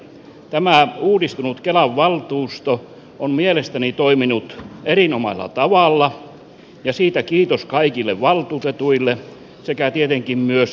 tämä uudistunut kelan valtuusto on mielestäni toiminut erinomaisella tavalla siitä kiitos kaikille valtuutetuille sekä tietenkin myös valmistelukoneistolle